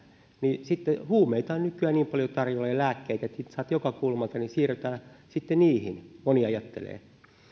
niin sitten kun huumeita on nykyään niin paljon tarjolla ja lääkkeitäkin saat joka kulmalta niin siirrytään sitten niihin moni ajattelee